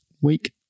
week